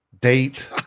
date